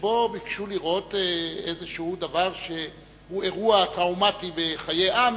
שבו ביקשו לראות איזשהו דבר שהוא אירוע טראומטי בחיי עם,